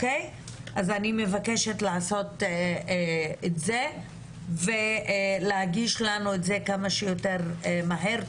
אני מבקשת לעשות את זה ולהגיש לנו את זה כמה שיותר מהר,